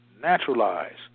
Naturalize